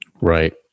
Right